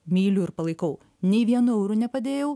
myliu ir palaikau nei vienu euru nepadėjau